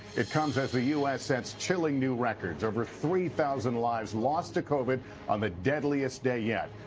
it comes as the u s. sets chilling new records, over three thousand lives lost to covid on the deadliest day yet.